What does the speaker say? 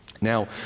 Now